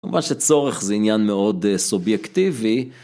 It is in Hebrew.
אמר שצורך זה עניין מאוד סובייקטיבי.